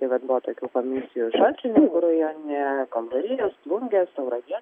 tai vat buvo tokių komisijų šalčininkų rajone kalvarijos plungės tauragės